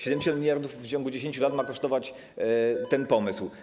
70 mld zł w ciągu 10 lat ma kosztować ten pomysł.